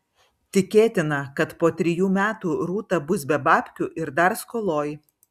tikėtina kad po trijų metų rūta bus be babkių ir dar skoloj